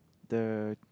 the